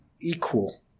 equal